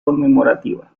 conmemorativa